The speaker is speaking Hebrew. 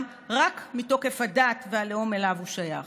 רק מתוקף הדת והלאום שאליהם הוא שייך.